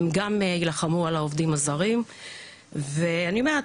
הם גם יילחמו על העובדים הזרים ואני אומרת,